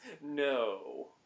no